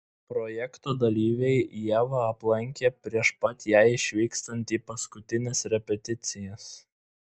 projekto dalyviai ievą aplankė prieš pat jai išvykstant į paskutines repeticijas